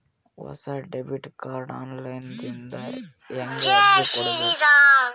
ಹೊಸ debit card online ದಿಂದ ಹೇಂಗ ಅರ್ಜಿ ಕೊಡಬೇಕು?